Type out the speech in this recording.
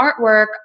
artwork